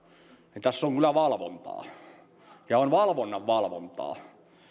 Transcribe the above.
niin tässä on kyllä valvontaa ja on valvonnan valvontaa